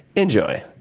enjoy.